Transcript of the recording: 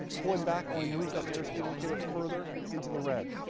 pulling back only moves that airspeed indicator further into the red.